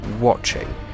watching